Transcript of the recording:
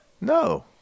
No